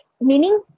meaning